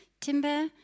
Timber